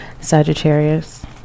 Sagittarius